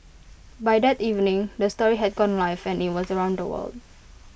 by that evening the story had gone live and IT was around the world